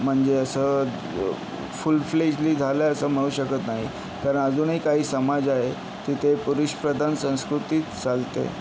म्हणजे असं फूलफ्लेजने झालं आहे असं म्हणू शकत नाही कारण अजूनही काही समाज आहे तिथे पुरुषप्रधान संस्कृतीचं चालते